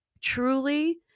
truly